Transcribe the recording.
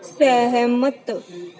ਸਹਿਮਤ